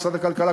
משרד הכלכלה,